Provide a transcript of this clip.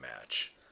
match